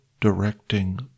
directing